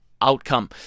outcome